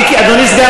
מיקי, זו